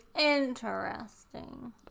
Interesting